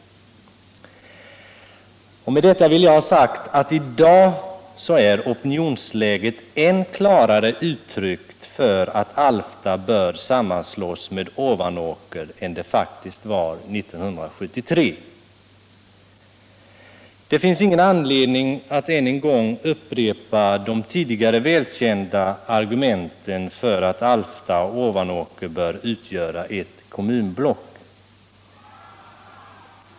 Med detta vill jag ha sagt att i dag är opinionsläget än klarare uttryckt för att Alfta bör sammanslås med Ovanåker än det faktiskt var 1973. Det finns ingen anledning att ännu en gång upprepa de tidigare välkända argumenten för att Alfta och Ovanåker bör utgöra ett kommunblock.